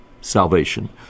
salvation